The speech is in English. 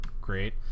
great